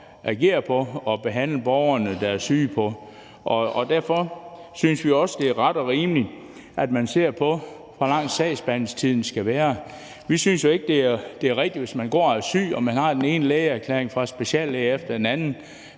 agere på og behandle borgere, der er syge, på ude i kommunerne. Derfor synes vi også, det er ret og rimeligt, at man ser på, hvor lang sagsbehandlingstiden skal være. Vi synes jo ikke, det er rigtigt, at man, hvis man går og er syg og får den ene lægeerklæring fra speciallæger efter den anden,